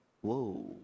Whoa